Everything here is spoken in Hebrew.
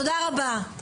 תודה רבה.